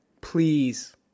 Please